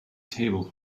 table